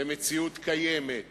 למציאות קיימת,